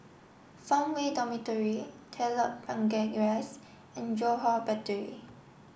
Farmway Dormitory Telok Blangah Rise and Johore Battery